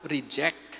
Reject